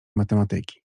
matematyki